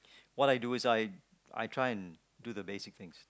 what I do is I I try and do the basic things